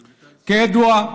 כידוע,